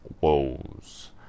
woes